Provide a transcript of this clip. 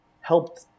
helped